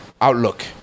outlook